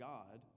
God